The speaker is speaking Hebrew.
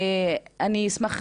אני אשמח